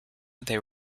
they